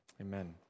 Amen